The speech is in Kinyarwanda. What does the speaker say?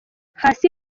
hasi